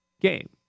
game